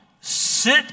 sit